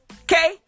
Okay